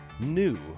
New